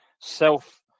self